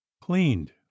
cleaned